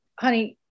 honey